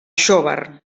xóvar